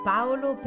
Paolo